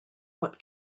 what